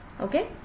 okay